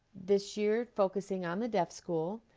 this year focusing on the deaf school.